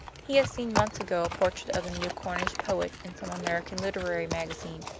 he had seen months ago a portrait of the new cornish poet in some american literary magazine,